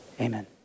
Amen